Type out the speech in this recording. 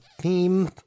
theme